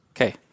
Okay